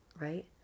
Right